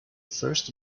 first